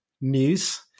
News